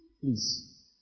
please